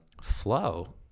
flow